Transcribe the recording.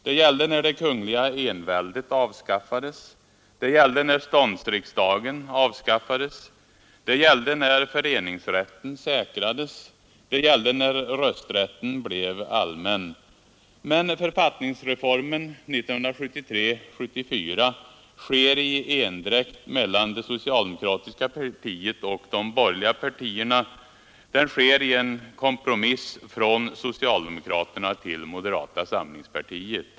Det gällde när det kungliga enväldet avskaffades. Det gällde när ståndsriksdagen avskaffades. Det gällde när föreningsrätten säkrades. Det gällde när rösträtten blev allmän. Men författningsreformen 1973—1974 sker i endräkt mellan det socialdemokratiska partiet och de borgerliga partierna, den sker i en kompromiss från socialdemokraterna till moderata samlingspartiet.